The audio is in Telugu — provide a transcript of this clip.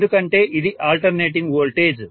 ఎందుకంటే ఇది ఆల్టర్నేటింగ్ వోల్టేజ్